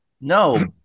No